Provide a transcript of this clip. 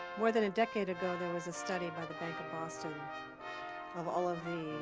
more than a decade ago, there was a study by the bank of boston of all of the